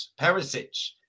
Perisic